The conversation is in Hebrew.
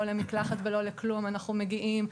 לא למקלחת ולא לכלום אנחנו מגיעים,